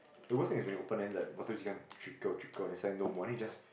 the worse thing is when you open and like bottle trickle trickle then suddenly no more then you just